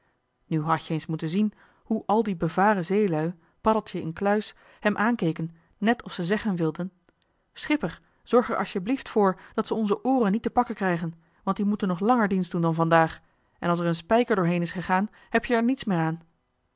nu had-je eens moeten zien hoe joh h been paddeltje de scheepsjongen van michiel de ruijter al die bevaren zeelui paddeltje incluis hem aankeken net of ze zeggen wilden schipper zorg er asjeblieft voor dat ze onze ooren niet te pakken krijgen want die moeten nog langer dienst doen dan vandaag en als er een spijker door heen is gegaan heb-je er niets meer aan